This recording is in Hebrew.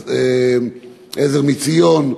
"עזר מציון",